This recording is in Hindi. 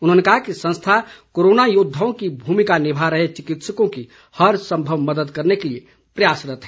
उन्होंने कहा कि संस्था कोरोना योद्वाओं की भूमिका निभा रहे चिकित्सकों की हर संभव मदद करने के लिए प्रयासरत है